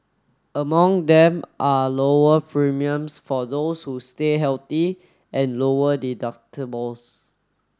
among them are lower premiums for those who stay healthy and lower deductibles